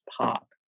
pop